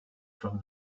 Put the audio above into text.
from